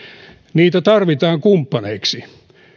niitä tarvitaan kumppaneiksi